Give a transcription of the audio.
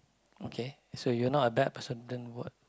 okay so you're not a bad person then what